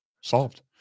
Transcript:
solved